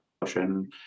question